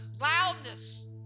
loudness